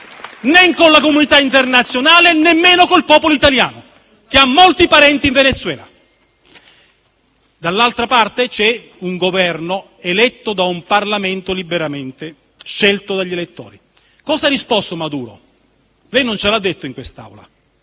né con la comunità internazionale, e nemmeno col popolo italiano, che ha molti parenti in Venezuela. *(Commenti del senatore Ferrara).* Dall'altra parte, c'è un Governo eletto da un Parlamento liberamente scelto dagli elettori. Cosa ha risposto Maduro? Lei non ce l'ha detto in quest'Aula.